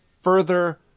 further